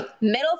Middle